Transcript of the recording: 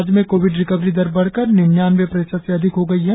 राज्य में covid recovery दर बढ़कर निन्यानवें प्रतिशत से अधिक हो गई है